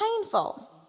painful